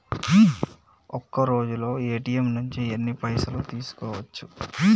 ఒక్కరోజులో ఏ.టి.ఎమ్ నుంచి ఎన్ని పైసలు తీసుకోవచ్చు?